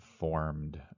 Formed